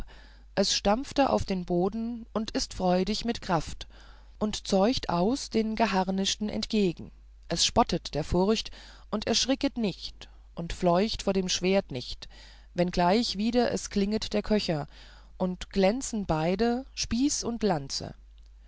es strampfet auf den boden und ist freudig mit kraft und zeucht aus den geharnischten entgegen es spottet der furcht und erschricket nicht und fleucht vor dem schwert nicht wenngleich wider es klinget der köcher und glänzen beide spieß und lanzen